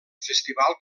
festival